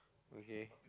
okay